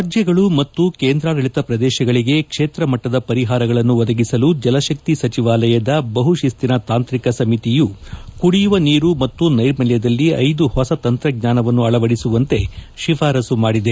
ರಾಜ್ಯಗಳು ಮತ್ತು ಕೇಂದ್ರಾಡಳಿತ ಪ್ರದೇಶಗಳಿಗೆ ಕ್ಷೇತ್ರ ಮಟ್ಟದ ಪರಿಹಾರಗಳನ್ನು ಒದಗಿಸಲು ಜಲಶಕ್ತಿ ಸಚಿವಾಲಯದ ಬಹು ಶಿಸ್ತಿನ ತಾಂತ್ರಿಕ ಸಮಿತಿಯು ಕುಡಿಯುವ ನೀರು ಮತ್ತು ನೈರ್ಮಲ್ಯದಲ್ಲಿ ಐದು ಹೊಸ ತಂತ್ರಜ್ಞಾನವನ್ನು ಅಳವದಿಸುವಂತೆ ಶಿಫಾರಸು ಮಾಡಿದೆ